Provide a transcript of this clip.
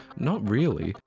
not really.